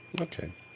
Okay